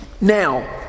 now